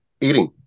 eating